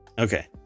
Okay